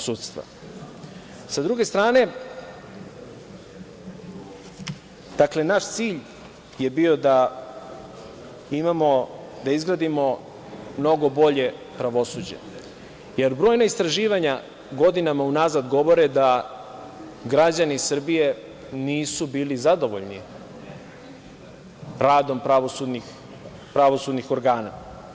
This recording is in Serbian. Sa druge strane, naš cilj je bio da imamo, da izgradimo mnogo bolje pravosuđe, jer brojna istraživanja godinama unazad govore da građani Srbije nisu bili zadovoljni radom pravosudnih organa.